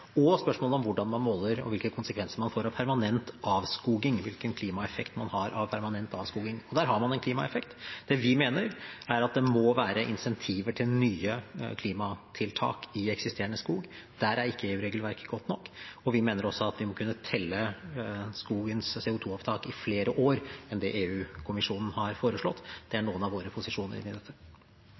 og spørsmålet om hvordan man måler og hvilke konsekvenser man får av permanent avskoging – hvilken klimaeffekt man har av permanent avskoging. Der har man en klimaeffekt. Det vi mener, er at det må være incentiver til nye klimatiltak i eksisterende skog. Der er ikke EU-regelverket godt nok. Vi mener også at vi må kunne telle skogens CO 2 -opptak i flere år enn det EU-kommisjonen har foreslått. Det er noen av våre posisjoner inn i dette.